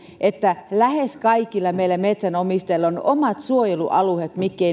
että lähes kaikilla meillä metsänomistajilla on omat suojelualueemme